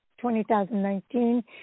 2019